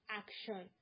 action